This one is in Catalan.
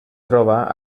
troba